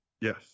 Yes